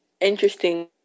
interesting